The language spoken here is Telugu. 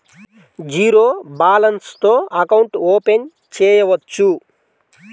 జీరో బాలన్స్ తో అకౌంట్ ఓపెన్ చేయవచ్చు?